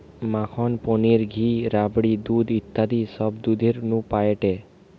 মাখন, পনির, ঘি, রাবড়ি, দুধ ইত্যাদি সব দুধের নু পায়েটে